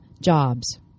JOBS